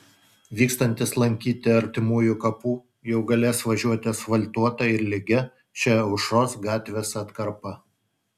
vykstantys lankyti artimųjų kapų jau galės važiuoti asfaltuota ir lygia šia aušros gatvės atkarpa